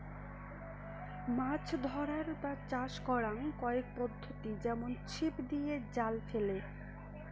মাছ ধরার বা চাষ করাং কয়েক পদ্ধতি যেমন ছিপ দিয়ে, জাল ফেলে